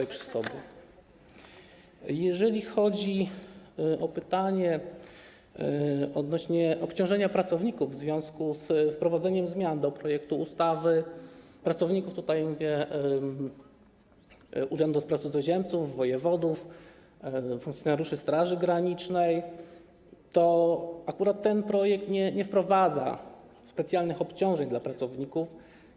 Jeżeli chodzi o pytanie odnośnie do obciążenia pracowników w związku z wprowadzeniem zmian do projektu ustawy - pracowników Urzędu do Spraw Cudzoziemców, wojewodów, funkcjonariuszy Straży Granicznej - to akurat ten projekt nie wprowadza specjalnych obciążeń dla pracowników.